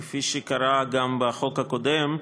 כפי שקרה גם בחוק הקודם,